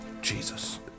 Jesus